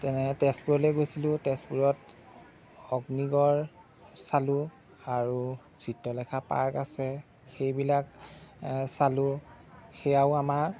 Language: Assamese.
যেনে তেজপুৰলৈ গৈছিলোঁ তেজপুৰত অগ্নিগড় চালোঁ আৰু চিত্ৰলেখা পাৰ্ক আছে সেইবিলাক চালোঁ সেয়াও আমাৰ